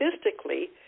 statistically